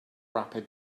wrapper